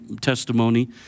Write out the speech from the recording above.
testimony